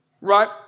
right